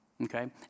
Okay